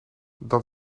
dat